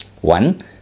One